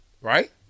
right